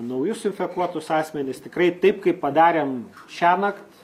naujus infekuotus asmenis tikrai taip kaip padarėm šiąnakt